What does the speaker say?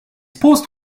post